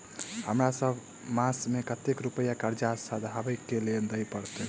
हमरा सब मास मे कतेक रुपया कर्जा सधाबई केँ लेल दइ पड़त?